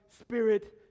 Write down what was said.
spirit